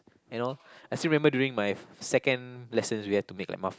you know I still remember during my second lessons we have to make like muffin